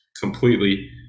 completely